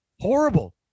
horrible